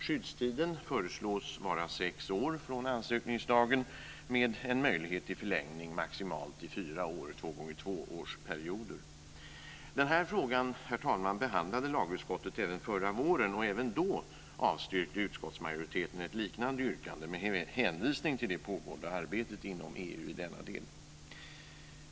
Skyddstiden föreslås vara sex år från ansökningsdagen med en möjlighet till förlängning i maximalt fyra år, dvs. Herr talman! Lagutskottet behandlade den här frågan även förra våren. Även då föreslog utskottet ett avslag på ett liknande yrkande med hänvisning till det pågående arbetet inom EU i denna del.